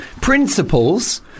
principles